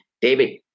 David